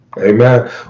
Amen